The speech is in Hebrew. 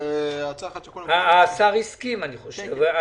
השר הסכים, אני חושב.